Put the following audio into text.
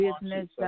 business